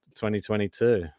2022